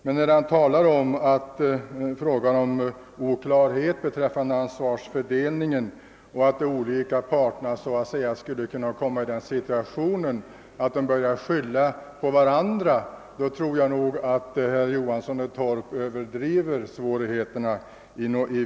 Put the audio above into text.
Men när herr Johansson i Torp framhåller, att det råder oklarhet beträffande ansvarsfördelningen och att de olika parterna skulle kunna komma i situationer där de skjuter ansvaret på varandra, tror jag att han i betydande utsträckning överdriver svårigheterna.